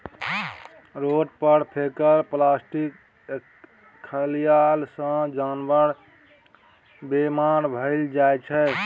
road पर फेकल plastic खएला सँ जानबर बेमार भए जाइ छै